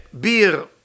beer